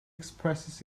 expresses